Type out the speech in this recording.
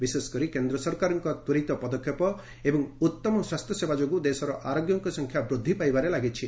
ବିଶେଷକରି କେନ୍ଦ୍ର ସରକାରଙ୍କ ତ୍ୱରିତ ପଦକ୍ଷେପ ଏବଂ ଉତ୍ତମ ସ୍ୱାସ୍ଥ୍ୟସେବା ଯୋଗୁଁ ଦେଶର ଆରୋଗ୍ୟଙ୍କ ସଂଖ୍ୟା ବୃଦ୍ଧି ପାଇବାରେ ଲାଗିଛି